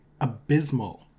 abysmal